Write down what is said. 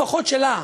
לפחות שלה,